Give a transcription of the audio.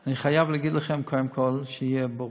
אני חייב להגיד לכם, קודם כול, שיהיה ברור: